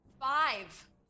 five